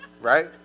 right